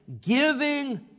giving